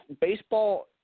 baseball